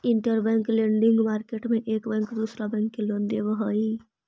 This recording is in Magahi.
इंटरबैंक लेंडिंग मार्केट में एक बैंक दूसरा बैंक के लोन देवऽ हई